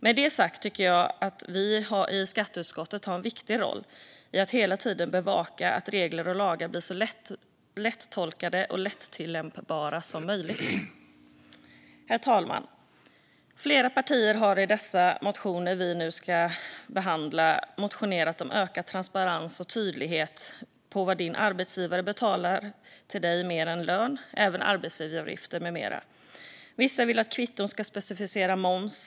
Med det sagt tycker jag att vi i skatteutskottet har en viktig roll i fråga om att hela tiden bevaka att regler och lagar blir så lätta att tolka och tillämpa som möjligt. Herr talman! Flera partier har i de motioner vi nu ska behandla motionerat om ökad transparens och tydlighet om vad arbetsgivaren betalar ut mer än lön, arbetsgivaravgifter med mera. Vissa vill att kvitton ska specificera moms.